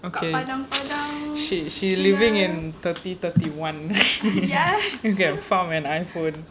okay she she living in thirty thirty one can farm an iphone